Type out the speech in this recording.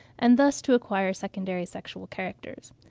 and thus to acquire secondary sexual characters.